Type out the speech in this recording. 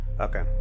Okay